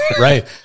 right